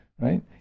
right